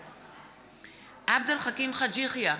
בעד עבד אל חכים חאג' יחיא,